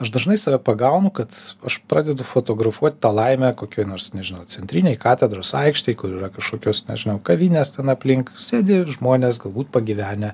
aš dažnai save pagaunu kad aš pradedu fotografuot tą laimę kokioj nors nežinau centrinėj katedros aikštėj kur yra kažkokios nežinau kavinės ten aplink sėdi žmonės galbūt pagyvenę